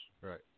Right